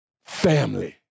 family